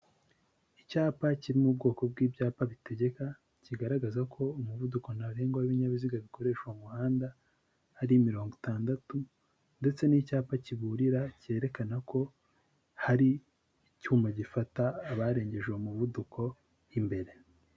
Icyapa kirimo ubwoko bw'ibyapa bitegeka, kigaragaza ko umuvuduko ntarengwa w'ibinyabiziga bikoresha uwo muhanda ari mirongo itandatu ndetse n'icyapa kiburira cyerekana ko hari icyuma gifata abarengeje uwo muvuduko imbere.